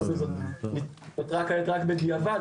נותרה כעת רק בדיעבד.